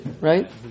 right